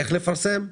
איך לפרסם?